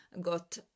Got